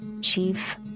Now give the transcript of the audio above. chief